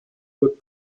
wird